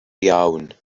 iawn